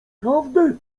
prawdę